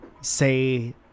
say